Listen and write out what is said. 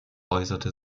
äußerte